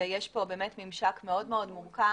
יש פה ממשק מאוד מורכב.